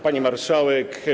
Pani Marszałek!